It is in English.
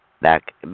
back